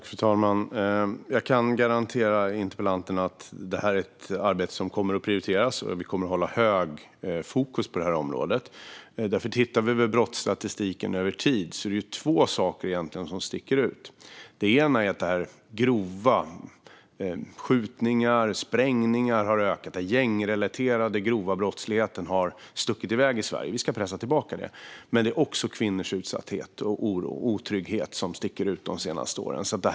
Fru talman! Jag kan garantera interpellanten att detta är ett arbete som kommer att prioriteras och att vi kommer att hålla starkt fokus på detta område. Om man tittar på brottsstatistiken över tid ser man att det är två saker som sticker ut. Det ena är att den gängrelaterade grova brottsligheten, med skjutningar och sprängningar, har ökat och stuckit iväg i Sverige. Vi ska pressa tillbaka den. Det andra som sticker ut i statistiken för de senaste åren är kvinnors utsatthet, oro och otrygghet.